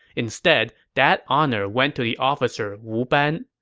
instead, that honor went to the officer wu ban.